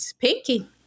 Pinky